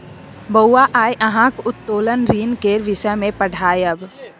बौआ आय अहाँक उत्तोलन ऋण केर विषय मे पढ़ायब